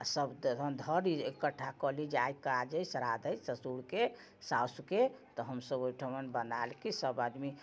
आओर सभ तहन धरी आओर एकट्ठा कऽ ली जे आइ काज अइ श्राद्ध अइ ससुरके सासुके तऽ हमसभ ओहिठाम बनालके सभ आदमी